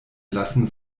lassen